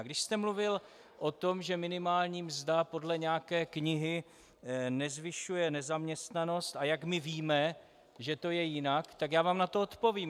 A když jste mluvil o tom, že minimální mzda podle nějaké knihy nezvyšuje nezaměstnanost, a jak my víme, že to je jinak, tak já vám na to odpovím.